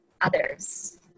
others